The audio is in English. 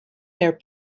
their